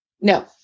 No